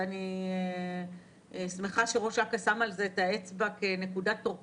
ואני שמחה שראש אכ"א שם על זה את האצבע כנקודת תורפה